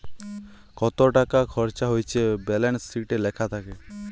কত টাকা খরচা হচ্যে ব্যালান্স শিটে লেখা থাক্যে